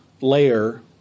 layer